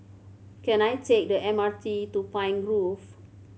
can I take the M R T to Pine Grove